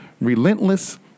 Relentless